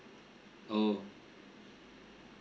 oh